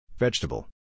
Vegetable